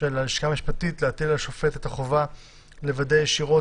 של הלשכה המשפטית להטיל על השופט את החובה לוודא ישירות